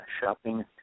shopping